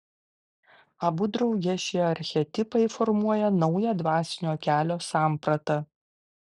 abu drauge šie archetipai formuoja naują dvasinio kelio sampratą